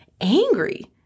angry